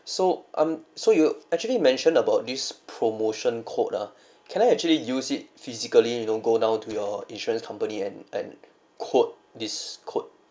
so I'm so you actually mentioned about this promotion code ah can I actually use it physically you know go down to your insurance company and and quote this code